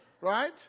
right